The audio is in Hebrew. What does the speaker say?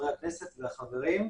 חברי הכנסת והחברים.